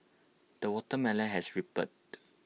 the watermelon has ripened